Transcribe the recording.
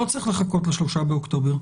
לא צריך לחכות ל-3 באוקטובר,